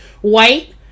white